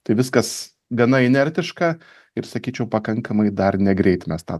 tai viskas gana inertiška ir sakyčiau pakankamai dar negreit mes tą